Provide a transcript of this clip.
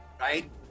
right